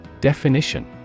Definition